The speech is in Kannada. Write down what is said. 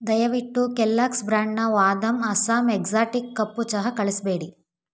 ದಯವಿಟ್ಟು ಕೆಲ್ಲಾಗ್ಸ್ ಬ್ರ್ಯಾಂಡ್ನ ವಾಹ್ದಂ ಅಸ್ಸಾಂ ಎಕ್ಸಾಟಿಕ್ ಕಪ್ಪು ಚಹಾ ಕಳಿಸ್ಬೇಡಿ